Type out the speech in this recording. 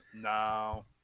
No